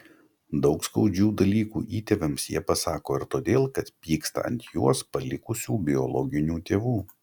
daug skaudžių dalykų įtėviams jie pasako ir todėl kad pyksta ant juos palikusių biologinių tėvų